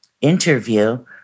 interview